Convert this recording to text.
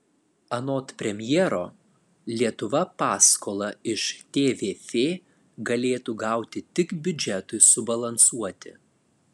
anot premjero lietuva paskolą iš tvf galėtų gauti tik biudžetui subalansuoti